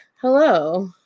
Hello